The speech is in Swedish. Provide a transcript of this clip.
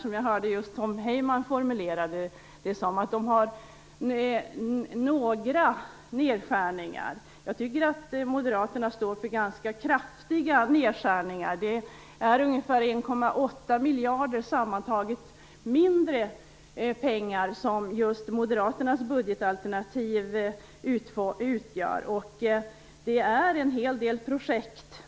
Vi hörde Tom Heyman formulera det som att man gör några nedskärningar. Jag tycker att Moderaterna står för ganska kraftiga nedskärningar. Moderaterna anslår ungefär 1,8 miljarder mindre i sitt budgetalternativ. För de pengarna får man en hel del projekt.